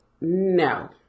No